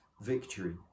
victory